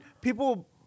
people